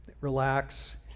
relax